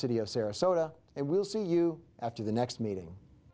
city of sarasota and we'll see you after the next meeting